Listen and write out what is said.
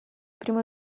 primo